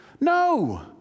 No